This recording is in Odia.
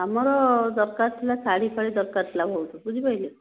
ଆମର ଦରକାର ଥିଲା ଶାଢ଼ୀ ଫାଡ଼ି ଦରକାର ଥିଲା ବହୁତ ବୁଝିପାଇଲେ